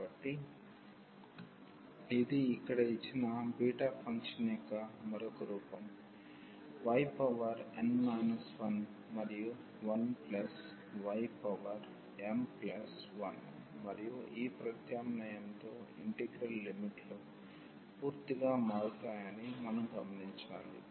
కాబట్టి ఇది ఇక్కడ ఇచ్చిన బీటా ఫంక్షన్ యొక్క మరొక రూపం y పవర్ ఎన్ మైనస్ 1 మరియు 1 plus y power m plus 1 మరియు ఈ ప్రత్యామ్నాయంతో ఇంటిగ్రల్ లిమిట్లు పూర్తిగా మారుతాయని మనం గమనించాలి